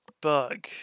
bug